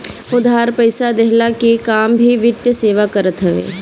उधार पईसा देहला के काम भी वित्तीय सेवा करत हवे